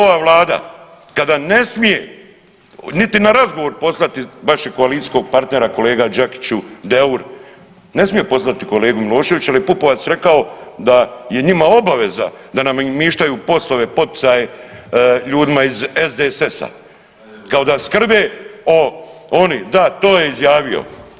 Nego ova vlada kada ne smije niti na razgovor poslati vašeg koalicijskog partnera kolega Đakiću, Deur, ne smije poslati kolegu Miloševića jer je Pupovac rekao da je njima obaveza da nam namištaju poslove, poticaje ljudima iz SDSS-a kao da skrbe o oni, da to je izjavio.